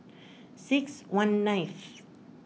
six one nineth